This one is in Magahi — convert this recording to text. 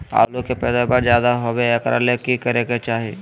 आलु के पैदावार ज्यादा होय एकरा ले की करे के चाही?